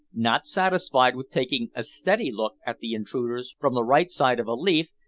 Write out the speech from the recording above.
not satisfied with taking a steady look at the intruders from the right side of a leaf,